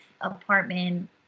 apartment